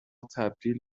تبدیل